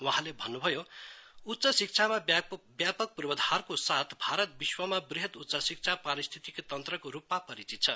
वहाँले भन्नुभयो उच्च शिक्षामा व्यापक पूर्वाधारको साथ भारत विश्वमा वृहत उच्च शिक्षा पारिस्थितिकि तन्त्रको रुपमा परिचित छ